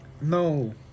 No